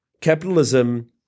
capitalism